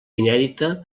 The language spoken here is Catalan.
inèdita